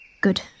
Good